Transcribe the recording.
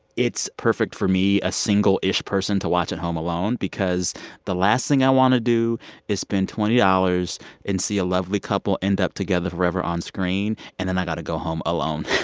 it's perfect for me, a single-ish person to watch it home alone because the last thing i want to do is spend twenty dollars and see a lovely couple end up together forever on screen, and then i got to go home alone.